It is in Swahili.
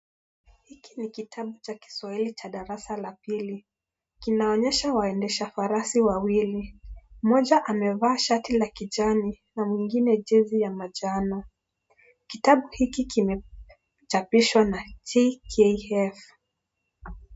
Hiki ni kitabu cha Kiswahili cha darasa la pili. Kinaonyesha waendesha farasi wawili. Mmoja amevaa shati la kijani, na mwingine jezi ya majano. Kitabu hiki kimechapishwa na TKF.